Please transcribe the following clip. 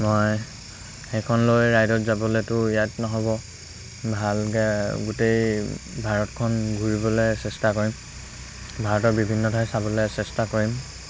মই সেইখন লৈ ৰাইডত যাবলৈতো ইয়াত নহ'ব ভালকৈ গোটেই ভাৰতখন ঘূৰিবলৈ চেষ্টা কৰিম ভাৰতৰ বিভিন্ন ঠাই চাবলৈ চেষ্টা কৰিম